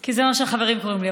כי זה מה שהחברים קוראים לי.